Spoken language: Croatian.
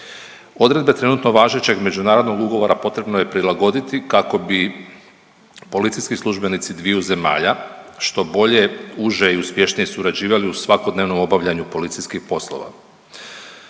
Odredbe trenutno važećeg međunarodnog ugovora potrebno je prilagoditi kako bi policijski službenici dviju zemalja, što bolje, uže i uspješnije surađivali u svakodnevnom obavljanju policijskih poslova.